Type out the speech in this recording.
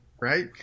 right